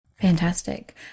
Fantastic